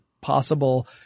possible